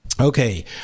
Okay